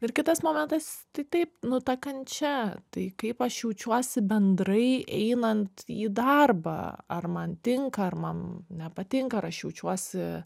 ir kitas momentas tai taip nu ta kančia tai kaip aš jaučiuosi bendrai einant į darbą ar man tinka ar man nepatinka ar aš jaučiuosi